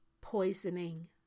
poisoning